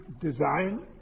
Design